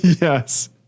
Yes